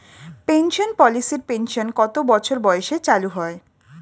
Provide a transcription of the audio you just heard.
Pension পলিসির pension কত বছর বয়সে চালু হয়?